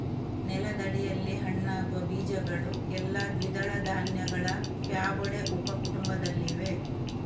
ನೆಲದಡಿಯಲ್ಲಿ ಹಣ್ಣಾಗುವ ಬೀಜಗಳು ಎಲ್ಲಾ ದ್ವಿದಳ ಧಾನ್ಯಗಳ ಫ್ಯಾಬೊಡೆ ಉಪ ಕುಟುಂಬದಲ್ಲಿವೆ